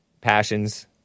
passions